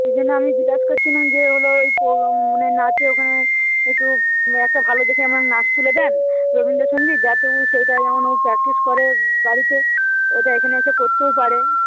সেজন্য আমি জিজ্ঞেস করছিলাম যে হল ওই মানে নাচের ওখানে একটু দু একটা ভালো দেখে আমার নাচ তুলে দেন রবীন্দ্র সংগীত যাতে ও সেটা যেমন ও প্র্যাক্টিস করে বাড়িতে ওটা এখানে এসে করতেও পারে